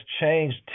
changed